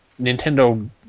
Nintendo